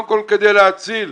קודם כל כדי להציל,